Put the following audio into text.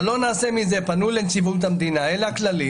אבל פנו לנציבות המדינה, אלה הכללים.